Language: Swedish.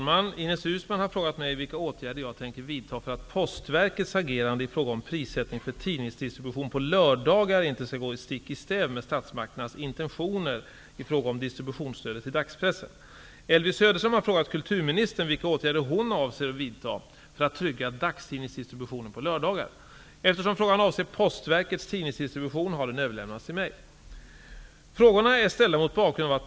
Enligt uppgift planerar Postverket kraftiga avgiftshöjningar för lördagsutbärning av dagstidningar fr.o.m. den 1 januari 1994. Det kommer att kosta upp till 30 kr per exemplar och utbärningstillfälle. Risken är därför stor att framför allt de prenumeranter som bor på landsbygden blir utan dagstidning på lördagarna.